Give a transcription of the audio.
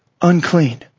Unclean